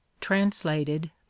translated